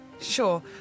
Sure